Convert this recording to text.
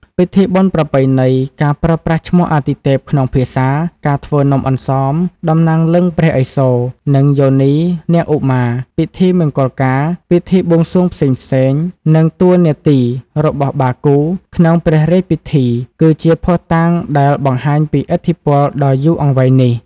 ពិធីបុណ្យប្រពៃណី ការប្រើប្រាស់ឈ្មោះអាទិទេពក្នុងភាសា ការធ្វើនំអន្សម តំណាងលិង្គព្រះឥសូរ និងយោនីនាងឧមា ពិធីមង្គលការ ពិធីបួងសួងផ្សេងៗ និងតួនាទីរបស់ បាគូ ក្នុងព្រះរាជពិធី គឺជាភស្តុតាងដែលបង្ហាញពីឥទ្ធិពលដ៏យូរអង្វែងនេះ។